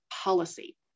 policy